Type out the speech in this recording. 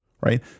right